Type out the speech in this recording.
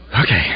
Okay